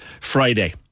Friday